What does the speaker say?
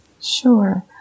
Sure